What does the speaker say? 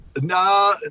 no